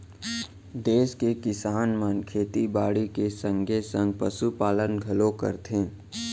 देस के किसान मन खेती बाड़ी के संगे संग पसु पालन घलौ करथे